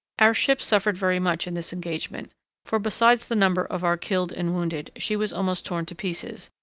our ship suffered very much in this engagement for, besides the number of our killed and wounded, she was almost torn to pieces,